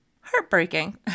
heartbreaking